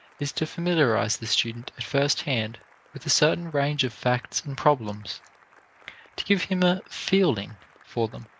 is to familiarize the student at first hand with a certain range of facts and problems to give him a feeling for them.